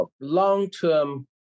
long-term